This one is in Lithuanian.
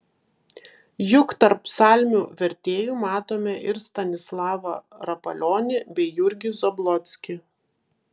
juk tarp psalmių vertėjų matome ir stanislavą rapalionį bei jurgį zablockį